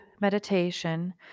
meditation